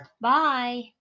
Bye